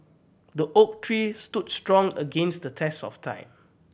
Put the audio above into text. the oak tree stood strong against the test of time